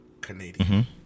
canadian